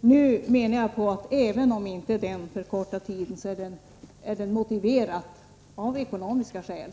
Jag menar att även om den inte förkortar väntetiden, är den motiverad av ekonomiska skäl.